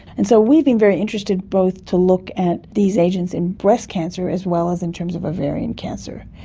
and so we've been very interested both to look at these agents in breast cancer as well as in terms of ovarian cancer.